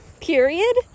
period